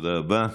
תודה רבה.